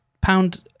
Pound